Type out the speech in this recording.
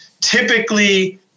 typically